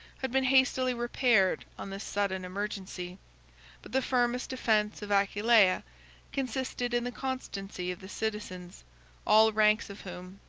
had been hastily repaired on this sudden emergency but the firmest defence of aquileia consisted in the constancy of the citizens all ranks of whom,